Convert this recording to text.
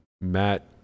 Matt